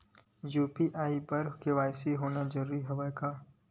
UPI बर KYC होना जरूरी हवय का?